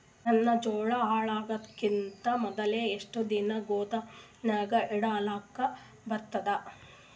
ನನ್ನ ಜೋಳಾ ಹಾಳಾಗದಕ್ಕಿಂತ ಮೊದಲೇ ಎಷ್ಟು ದಿನ ಗೊದಾಮನ್ಯಾಗ ಇಡಲಕ ಬರ್ತಾದ?